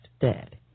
Dead